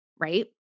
right